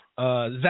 Zach